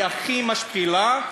היא הכי משפילה,